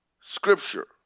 scripture